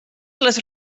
les